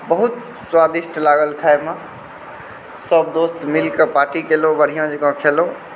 बहुत स्वादिष्ट लागल खाइमे सभ दोस्त मिलिके पार्टी केलहुँ बढ़िआँ जकाँ खेलहुँ